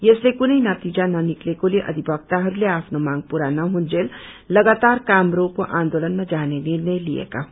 यसले कुनै नतिजा ननिकालेकोले अधिवक्ताहस्ले आफ्नो मांग पूरा नहुंजेल लगातार काम रोको आन्दोलनमा जाने निष्ट्रय लिएको हो